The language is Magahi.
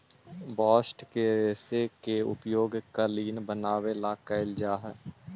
बास्ट के रेश के उपयोग कालीन बनवावे ला कैल जा हई